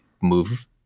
move